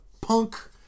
Punk